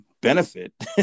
benefit